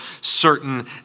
certain